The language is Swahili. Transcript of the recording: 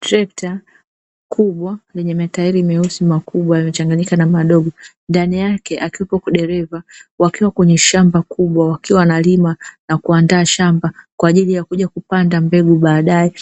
Trekta kubwa lenye matairi meusi makubwa yamechanganyika na madogo, ndani yake akiwepo dereva, wakiwa kwenye shamba kubwa wakiwa wanalima na kuandaa shamba kwa ajili ya kuja kupanda mbegu baadaye